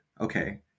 okay